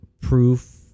proof